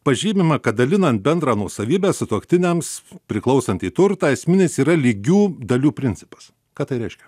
pažymima kad dalinant bendrą nuosavybę sutuoktiniams priklausantį turtą esminis yra lygių dalių principas ką tai reiškia